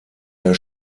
der